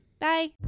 Bye